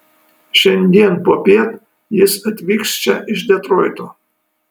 šiandien popiet jis atvyks čia iš detroito